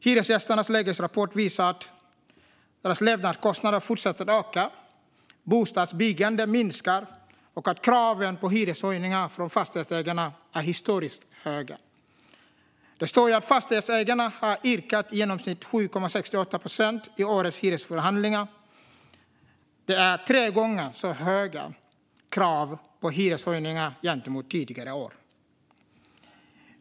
Den visar att levnadskostnaderna fortsätter att öka, att bostadsbyggandet minskar och att kraven på hyreshöjningar från fastighetsägarna är historiskt höga. Det står där att fastighetsägarna har yrkat på höjningar på i genomsnitt 7,68 procent i årets hyresförhandlingar. Det är tre gånger så höga krav på hyreshöjningar jämfört med tidigare år.